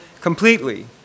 completely